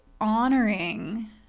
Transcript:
honoring